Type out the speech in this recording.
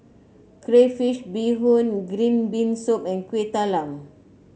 Crayfish Beehoon Green Bean Soup and Kuih Talam